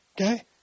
okay